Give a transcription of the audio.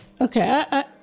Okay